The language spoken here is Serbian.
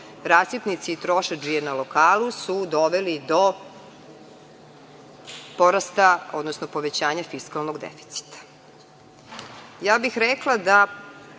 rasipnici i trošadžije na lokalu su doveli do porasta, odnosno povećanja fiskalnog deficita. Ja bih rekla da